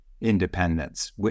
independence